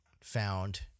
found